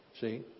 See